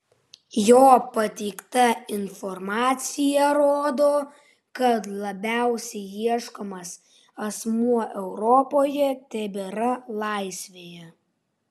jo pateikta informacija rodo kad labiausiai ieškomas asmuo europoje tebėra laisvėje